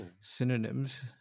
synonyms